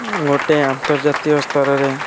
ଗୋଟିଏ ଆନ୍ତର୍ଜାତୀୟ ସ୍ତରରେ